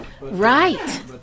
Right